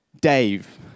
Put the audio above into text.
Dave